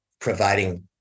providing